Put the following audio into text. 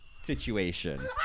situation